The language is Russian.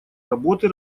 работы